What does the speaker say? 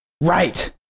Right